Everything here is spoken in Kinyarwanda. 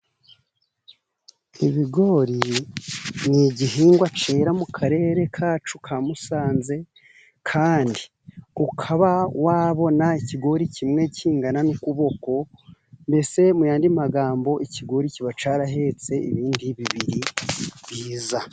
Ibigori ni igihingwa cyera mu karere kacu ka Musanze , kandi ukaba wabona ikigori kimwe kingana n'ukuboko, mbese mu yandi magambo ikigori kiba cyarahetse ibindi bibiri byiza.